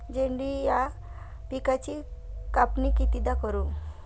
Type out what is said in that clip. झेंडू या पिकाची कापनी कितीदा करू?